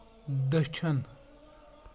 دٔچھُن